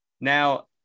now